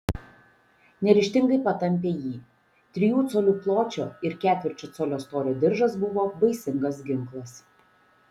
neryžtingai patampė jį trijų colių pločio ir ketvirčio colio storio diržas buvo baisingas ginklas